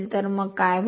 तर मग काय होईल